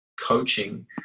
coaching